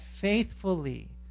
faithfully